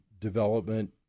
development